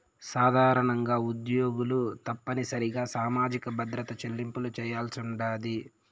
సాధారణంగా ఉద్యోగులు తప్పనిసరిగా సామాజిక భద్రత చెల్లింపులు చేయాల్సుండాది